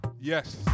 Yes